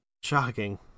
Shocking